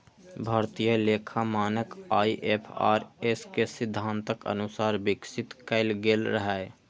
भारतीय लेखा मानक आई.एफ.आर.एस के सिद्धांतक अनुसार विकसित कैल गेल रहै